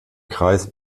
kreis